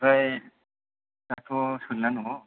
ओमफ्राय दाथ' सोलिना दङ